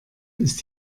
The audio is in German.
ist